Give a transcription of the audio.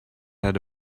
had